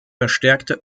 verstärkte